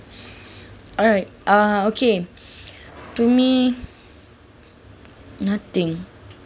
alright uh okay to me nothing